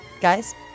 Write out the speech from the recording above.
Guys